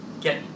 get